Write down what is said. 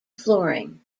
flooring